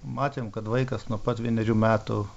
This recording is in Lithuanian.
matėm kad vaikas nuo pat vienerių metų